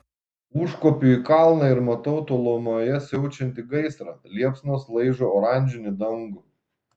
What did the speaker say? užkopiu į kalną ir matau tolumoje siaučiantį gaisrą liepsnos laižo oranžinį dangų